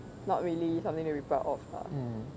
not really something to be proud of ah